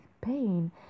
pain